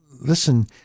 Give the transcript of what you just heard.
listen